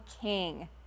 King